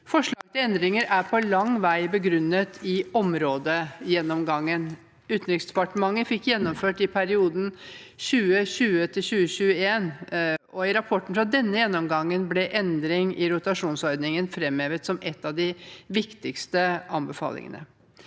Forslaget til endringer er langt på vei begrunnet i områdegjennomgangen Utenriksdepartementet fikk gjennomført i perioden 2020–2021. I rapporten fra denne gjennomgangen ble endring i rotasjonsordningen framhevet som en av de viktigste anbefalingene.